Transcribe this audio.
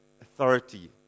authority